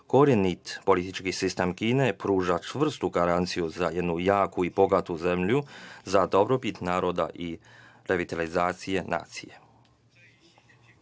korenit politički sistem Kine, pruža čvrstu garanciju za jednu jaku i bogatu zemlju, za dobrobit naroda i revitalizacije nacije.